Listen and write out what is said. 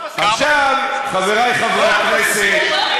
עכשיו חברי חברי הכנסת,